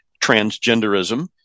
transgenderism